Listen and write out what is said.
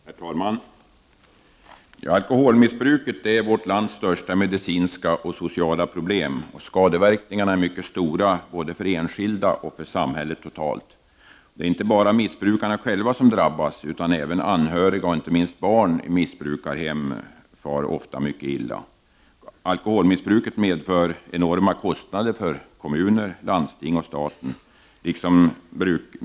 Herr talman! Alkoholmissbruket är vårt lands största medicinska och sociala problem. Skadeverkningarna är mycket stora, både för enskilda och för samhället totalt. Det är inte bara missbrukarna själva som drabbas, utan även anhöriga och inte minst barn i missbrukarhem far ofta mycket illa. Alkoholmissbruket medför enorma kostnader för kommuner, landsting och staten.